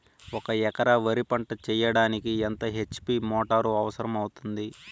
ఒక ఎకరా వరి పంట చెయ్యడానికి ఎంత హెచ్.పి మోటారు అవసరం అవుతుంది?